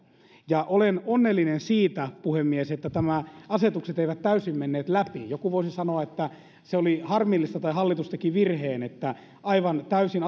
ja olen onnellinen siitä puhemies että nämä asetukset eivät täysin menneet läpi joku voisi sanoa että se oli harmillista tai hallitus teki virheen että aivan täysin